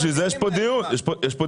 לכן יש כאן דיון.